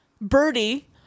Birdie